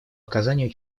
оказанию